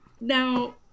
Now